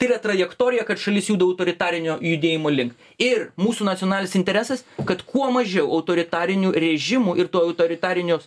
tai yra trajektorija kad šalis juda autoritarinio judėjimo link ir mūsų nacionalinis interesas kad kuo mažiau autoritarinių režimų ir to autoritarinių